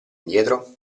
indietro